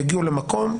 יגיעו למקום,